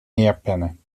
neerpennen